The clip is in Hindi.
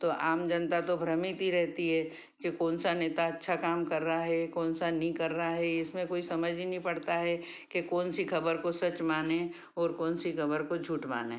तो आम जनता तो भ्रमित ही रहती है कि कौन सा नेता अच्छा काम कर रहा है कौन सा नहीं कर रहा है इसमें कोई समझ ही नहीं पड़ता है कि कौन सी खबर को सच माने और कौन सी खबर को झूठ माने